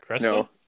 No